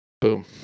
boom